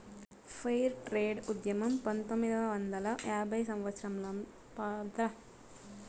fair trade ఉద్యమం పంతొమ్మిదవ వందల యాభైవ సంవత్సరంలో ప్రారంభమైంది